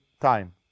time